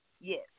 yes